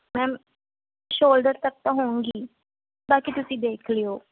ma'am shoulder ਤੱਕ ਤਾਂ ਹੋਣਗੇ ਹੀ ਬਾਕੀ ਤੁਸੀਂ ਦੇਖ ਲਿਓ